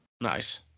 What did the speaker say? Nice